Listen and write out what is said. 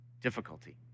difficulty